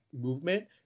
movement